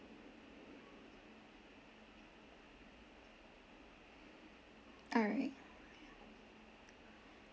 alright